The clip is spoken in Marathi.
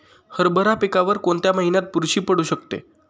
हरभरा पिकावर कोणत्या महिन्यात बुरशी पडू शकते?